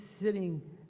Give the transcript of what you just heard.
sitting